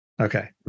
Okay